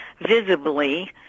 visibly